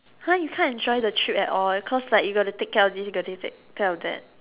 !huh! you can't enjoy the trip at all cause like you got to take care of this you got to take care of that